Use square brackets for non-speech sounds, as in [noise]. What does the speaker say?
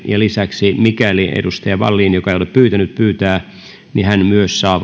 ja lisäksi mikäli edustaja wallin joka ei ole pyytänyt pyytää vastauspuheenvuoron myös hän saa [unintelligible]